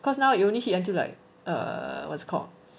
cause now only it hit until like err what is it called